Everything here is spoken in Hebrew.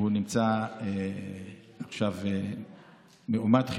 הוא נמצא עכשיו מאומת,